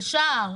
בשער,